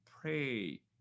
pray